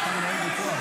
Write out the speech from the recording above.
אתה מנהל ויכוח.